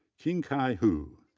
qinkai hu,